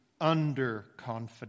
underconfidence